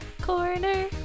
corner